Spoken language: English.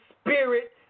spirit